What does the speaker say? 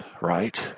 right